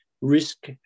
risk